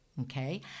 Okay